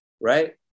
right